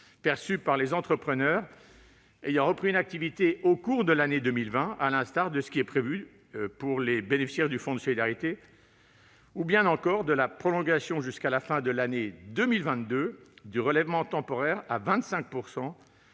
perçue par les entrepreneurs ayant repris une activité au cours de l'année 2020, à l'instar de ce qui est prévu pour les bénéficiaires du fonds de solidarité, ou encore de la prolongation jusqu'à la fin de l'année 2022 du relèvement temporaire à 25